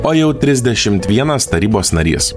o jau trisdešimt vienas tarybos narys